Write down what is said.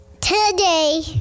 today